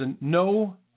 no